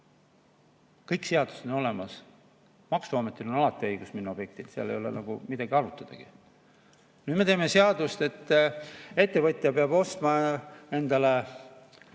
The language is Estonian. Kõik seadused on olemas. Maksuametil on alati õigus minna objektile, seal ei ole midagi arutadagi. Nüüd me teeme seadust, mille kohaselt ettevõtja peab ostma endale